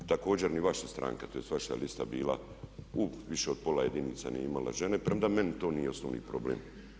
Također, ni vaša stranka tj. vaša lista je bila u više od pola jedinica nije imala žene, premda meni to nije osnovni problem.